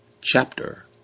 Chapter